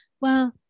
Well-